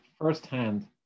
firsthand